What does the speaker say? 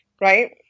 Right